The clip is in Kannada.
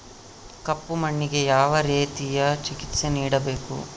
ಕಪ್ಪು ಮಣ್ಣಿಗೆ ಯಾವ ರೇತಿಯ ಚಿಕಿತ್ಸೆ ನೇಡಬೇಕು?